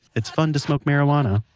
it's fun to smoke marijuana.